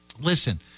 listen